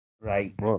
Right